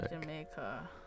Jamaica